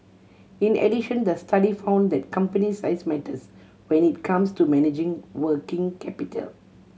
in addition the study found that company size matters when it comes to managing working capital